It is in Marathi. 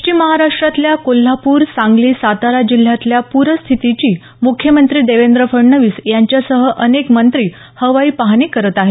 पश्चिम महाराष्ट्रातल्या कोल्हापूर सांगली सातारा जिल्ह्यातल्या पूरस्थितीची मुख्यमंत्री देवेंद्र फडणवीस यांच्यासह अनेक मंत्री हवाई पाहणी करत आहे